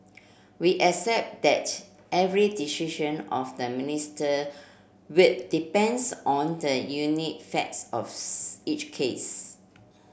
we accept that every decision of the Minister would depends on the unique facts of each case